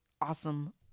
awesome